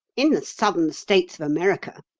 in the southern states of america,